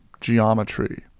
geometry